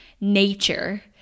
nature